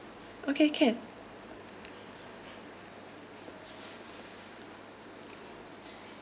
okay can